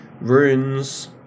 runes